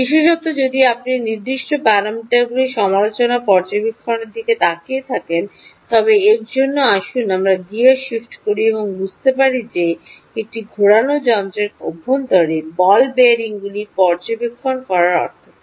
বিশেষত যদি আপনি নির্দিষ্ট প্যারামিটারগুলির সমালোচনা পর্যবেক্ষণের দিকে তাকিয়ে থাকেন তবে এর জন্য আসুন আমরা গিয়ার শিফট করি এবং বুঝতে পারি যে এটি ঘোরানো যন্ত্রের অভ্যন্তরে বল বিয়ারিংগুলি পর্যবেক্ষণ করার অর্থ কী